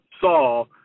saw